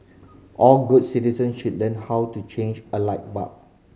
all good citizens should learn how to change a light bulb